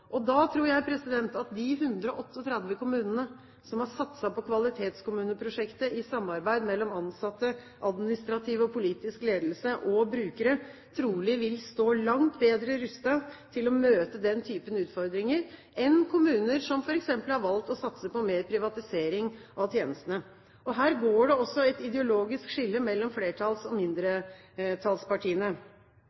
Da tror jeg at de 138 kommunene som har satset på Kvalitetskommuneprosjektet, i samarbeid mellom ansatte, administrativ og politisk ledelse og brukere, trolig vil stå langt bedre rustet til å møte den type utfordringer enn kommuner som f.eks. har valgt å satse på mer privatisering av tjenestene. Her går det også et ideologisk skille mellom flertalls- og